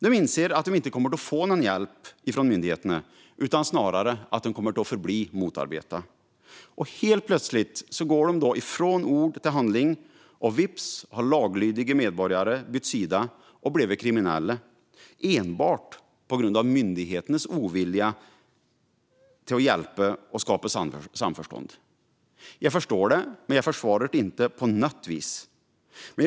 De inser att de inte kommer att få någon hjälp från myndigheterna utan snarare kommer att förbli motarbetade. Helt plötsligt går de från ord till handling, och vips har laglydiga medborgare bytt sida och blivit kriminella, enbart på grund av myndigheternas ovilja att hjälpa och skapa samförstånd. Jag förstår det, men jag försvarar det inte på något sätt.